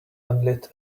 unlit